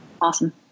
Awesome